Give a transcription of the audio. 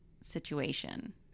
situation